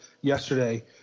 yesterday